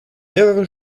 mehrere